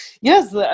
Yes